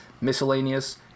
miscellaneous